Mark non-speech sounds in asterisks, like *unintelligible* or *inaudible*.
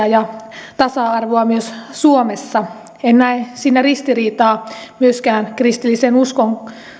*unintelligible* ja tasa arvoa myös suomessa en näe siinä ristiriitaa myöskään kristillisen uskon